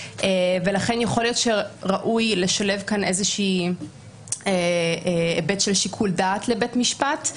ולכן יכול להיות שראוי לשלב כאן היבט של שיקול דעת לבית משפט,